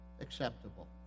acceptable